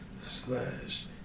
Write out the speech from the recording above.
Slash